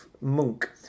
monk